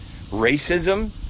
racism